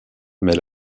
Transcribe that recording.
mais